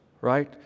right